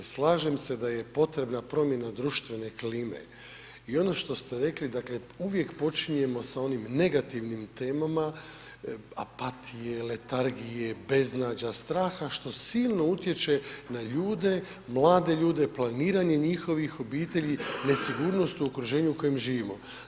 Slažem se da je potrebna promjena društvene klime i ono što ste rekli, dakle uvijek počinjemo sa onim negativnim temama, apatije, letargije, beznađa, straha što silno utječe na ljude, mlade ljude, planiranje njihovih obitelji, nesigurnost u okruženju u kojem živimo.